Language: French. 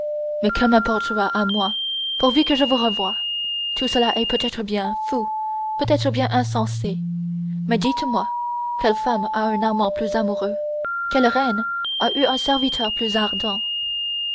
mais que m'importera à moi pourvu que je vous revoie tout cela est peutêtre bien fou peut-être bien insensé mais dites-moi quelle femme a un amant plus amoureux quelle reine a eu un serviteur plus ardent